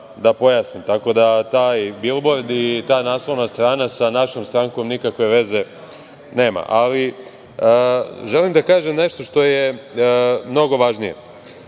da pojasnim, tako da taj bilbord i ta naslovna strana sa našom strankom nikakve veze neme. Želim da kažem nešto što je mnogo važnije.